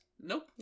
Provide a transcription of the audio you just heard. Nope